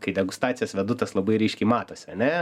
kai degustacijas vedu tas labai ryškiai matosi ane